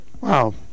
Wow